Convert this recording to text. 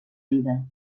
vida